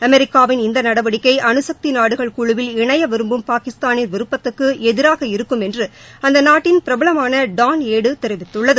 அமெிக்காவின் இந்த நடவடிக்கை அணுசக்தி நாடுகள் குழவில் இணைய விரும்பும் பாகிஸ்தானின் விருப்பத்துக்கு எதிராக இருக்கும் என்று அந்த நாட்டின் பிரபலமான டான் ஏடு தெரிவித்துள்ளது